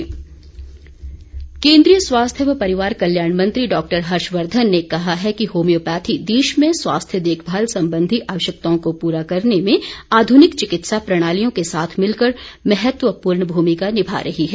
हर्षवर्धन केन्द्रीय स्वास्थ्य व परिवार कल्याण मंत्री डॉक्टर हर्षवर्धन ने कहा है कि होम्योपैथी देश में स्वास्थ्य देखभाल संबंधी आवश्यकताओं को पूरा करने में आध्निक चिकित्सा प्रणालियों के साथ मिलकर महत्वपूर्ण भूमिका निभा रही है